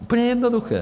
Úplně jednoduché.